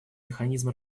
механизм